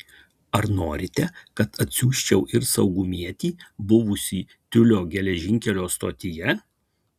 ar norite kad atsiųsčiau ir saugumietį buvusį tiulio geležinkelio stotyje